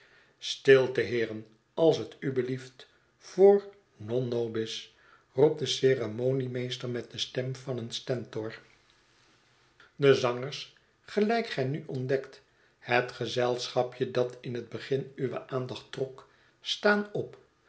stilte heeren als het u belieft voor non nobis roept de ceremoniemeester met de stem van een stentor de zangers gelijk gij nu ontdekt het gezelschapje dat in het begin uwe aandacht trok staan op